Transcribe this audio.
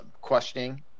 questioning